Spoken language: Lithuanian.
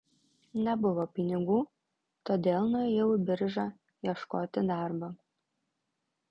nebuvo pinigų todėl nuėjau į biržą ieškoti darbo